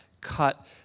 cut